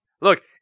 Look